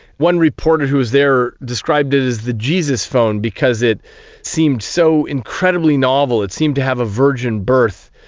one reporter who was there described it as the jesus phone because it seemed so incredibly novel, it seemed to have a virgin birth.